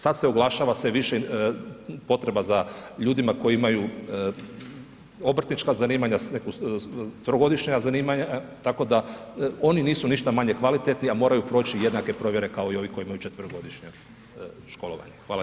Sad se oglašava sve više potreba za ljudima koji imaju obrtnička zanimanja, neka trogodišnja zanimanja, tako da oni nisu ništa manje kvalitetni, a moraju proći jednake provjere kao i ovi koji imaju četverogodišnje školovanje.